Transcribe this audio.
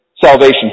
salvation